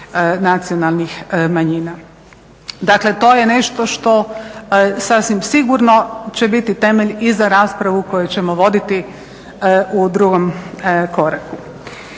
nacionalnih manjina. Dakle to je nešto što sasvim sigurno će biti temelj i za raspravu koju ćemo voditi u drugom koraku.